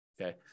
Okay